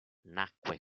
nacque